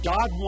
God